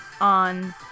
on